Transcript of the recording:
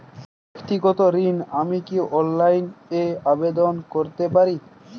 ব্যাক্তিগত ঋণ আমি কি অনলাইন এ আবেদন করতে পারি?